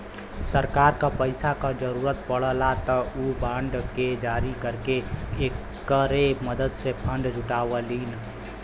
सरकार क पैसा क जरुरत पड़ला त उ बांड के जारी करके एकरे मदद से फण्ड जुटावलीन